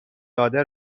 داده